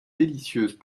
délicieuses